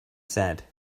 said